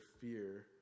fear